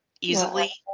easily